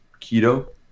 keto